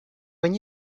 when